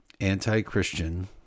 anti-Christian